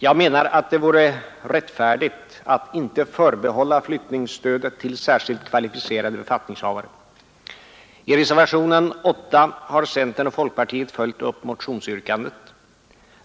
Jag menar att det vore rättfärdigt att inte förbehålla flyttningsstödet till särskilt kvalificerade befattningshavare. I reservationen 8 har centern och folkpartiet följt upp motionsyrkandet.